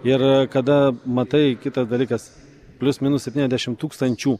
ir kada matai kitas dalykas plius minus septyniasdešimt tūkstančių